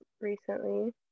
recently